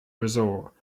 resort